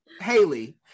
Haley